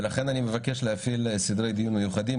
ולכן אני מבקש להפעיל סדרי דיון מיוחדים,